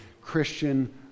Christian